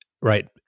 right